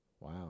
Wow